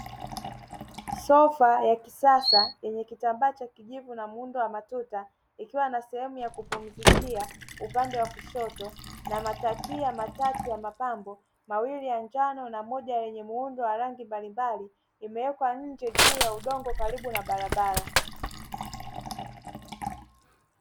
Sofa la kisasa lenye kitambaa cha kijivu na muundo wa matuta likiwa na sehemu ya kupumzikia upande wa kushoto na matakia matatu ya mapambo mawili ya njano na moja lenye muundo wa rangi mbalimbali limewekwa nje juu ya udongo karibu na barabara.